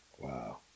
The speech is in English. Wow